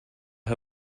her